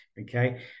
okay